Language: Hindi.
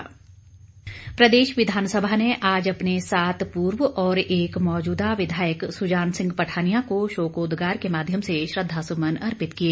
शोकोदगार प्रदेश विधानसभा ने आज अपने सात पूर्व और एक मौजूदा विधायक सुजान सिंह पठानिया को शोकोदगार के माध्यम से श्रद्वासुमन अर्पित किए